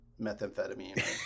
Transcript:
methamphetamine